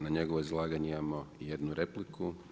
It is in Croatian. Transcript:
Na njegovo izlaganje imamo i jednu repliku.